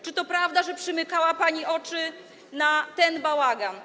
Czy to prawda, że przymykała pani oko na ten bałagan?